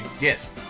Yes